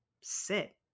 sit